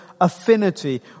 affinity